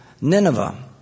Nineveh